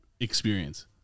experience